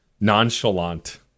nonchalant